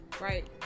Right